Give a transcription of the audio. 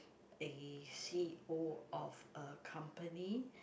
a C_E_O of a company